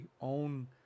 own